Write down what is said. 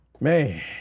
Man